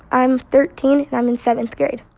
i'm thirteen, and i'm in seventh grade.